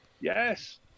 Yes